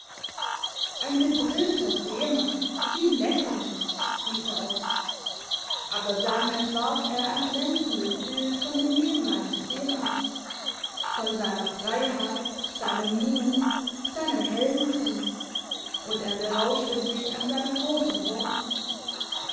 ein bebrillter seemann wie lächerlich rief er aus aber dann entwarf er ein glänzendes bild von dem leben eines seemannes von seiner freiheit seinem mut seinem heldentum und er berauschte sich an seinen grossen worten